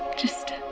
just.